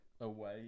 away